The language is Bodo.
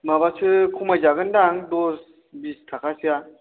माबासो खमायजागोन्दां दस बिस थाखासोआ